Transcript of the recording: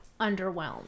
underwhelmed